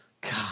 god